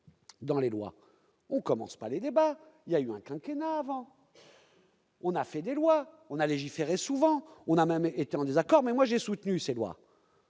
Dans les lois, on commence par les débats il y a eu un quinquennat avant. On a fait des lois, on a légiféré, souvent, on a même été en désaccord, mais moi j'ai soutenu ses lois.